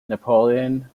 napoleon